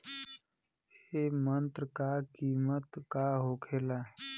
ए यंत्र का कीमत का होखेला?